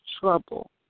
trouble